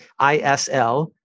ISL